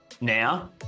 Now